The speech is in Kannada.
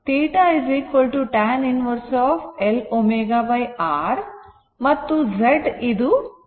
θ tan inverse L ω R ಮತ್ತು Z ಇದು ಪರಿಮಾಣ ಆಗಿದೆ